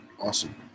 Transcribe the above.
Awesome